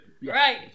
Right